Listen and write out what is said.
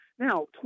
Now